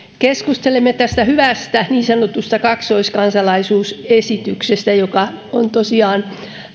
keskustelemme tästä hyvästä niin sanotusta kaksoiskansalaisuusesityksestä joka on tosiaan